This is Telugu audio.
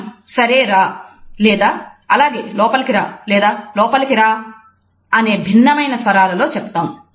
మనం 'సరే రా' లేదా 'అలాగే లోపలకి రా' లేదా 'లోపలకి రా' అని భిన్నమైన స్వరాలలో చెప్తాము